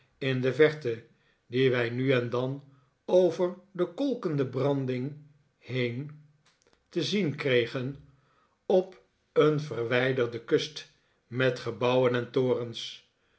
in de verte die wij nu en dan over de kolkende branding heen te zien kregen op een verwijderde kust met gebouwen en torens